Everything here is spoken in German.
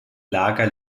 lager